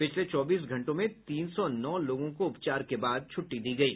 पिछले चौबीस घंटों में तीन सौ नौ लोगों को उपचार के बाद छूट्टी दी गयी